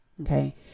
Okay